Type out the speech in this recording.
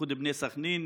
איחוד בני סח'נין,